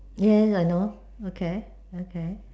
yes I know okay okay